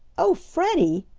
oh, freddie!